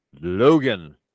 Logan